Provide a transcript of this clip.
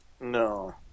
No